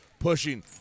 Pushing